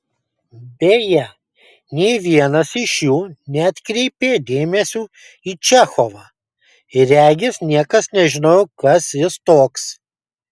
beje nė vienas iš jų neatkreipė dėmesio į čechovą ir regis niekas nežinojo kas jis toks